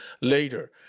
later